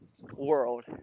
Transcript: world